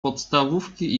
podstawówki